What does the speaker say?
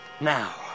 Now